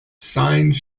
signs